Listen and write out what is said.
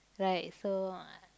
right so